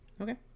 Okay